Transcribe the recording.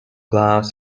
clouds